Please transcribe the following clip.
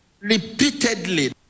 repeatedly